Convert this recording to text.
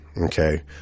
okay